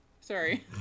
Sorry